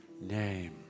name